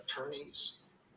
attorneys